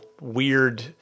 weird